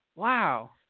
Wow